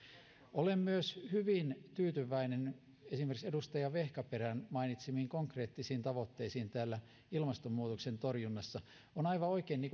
olen myös hyvin tyytyväinen esimerkiksi edustaja vehkaperän mainitsemiin konkreettisiin tavoitteisiin ilmastonmuutoksen torjunnassa on aivan oikein